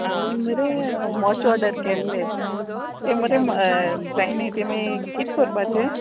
हांवेन मरे मोच ऑर्डर केल्ले ते मरे जायनाय ते मागीर कित कोरपाचे